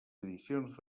edicions